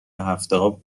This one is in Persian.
هفتهها